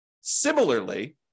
Similarly